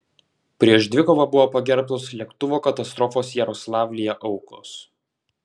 prieš dvikovą buvo pagerbtos lėktuvo katastrofos jaroslavlyje aukos